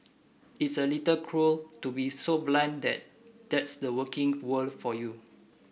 it's a little cruel to be so blunt that that's the working world for you